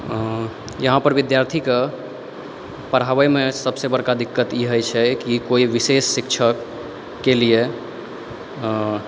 यहाँ पर विद्यार्थीके पढ़ावैमे सबसे बड़का दिक्कत ई होइ छै कि कोई भी विषय शिक्षकके लिए